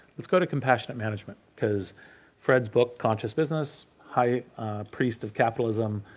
let's go to compassionate management because fred's book conscious business, high priest of capitalism,